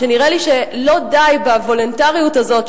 שנראה לי שלא די בוולונטריות הזאת,